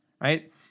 right